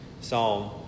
Psalm